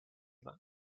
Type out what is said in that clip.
war